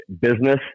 business